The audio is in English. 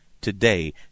today